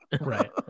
right